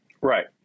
Right